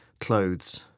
clothes